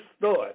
thought